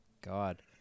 God